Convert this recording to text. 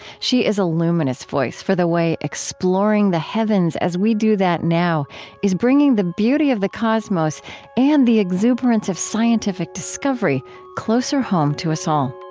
she is a luminous voice for the way exploring the heavens as we do that now is bringing the beauty of the cosmos and the exuberance of scientific discovery closer home to us all